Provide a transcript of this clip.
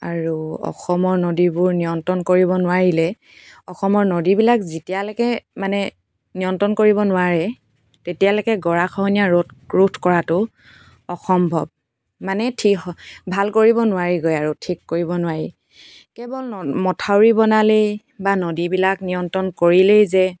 আৰু অসমৰ নদীবোৰ নিয়ন্ত্ৰণ কৰিব নোৱাৰিলে অসমৰ নদীবিলাক যেতিয়ালৈকে মানে নিয়ন্ত্ৰণ কৰিব নোৱাৰে তেতিয়ালৈকে গৰাখহনীয়া ৰোধ ৰোধ কৰাটো অসম্ভৱ মানে ঠি ভাল কৰিব নোৱাৰেগৈ আৰু ঠিক কৰিব নোৱাৰি কেৱল মথাউৰি বনালেই বা নদীবিলাক নিয়ন্ত্ৰণ কৰিলেই যে